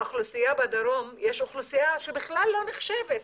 האוכלוסייה בדרום, יש אוכלוסייה שבכלל לא נחשבת,